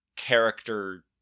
character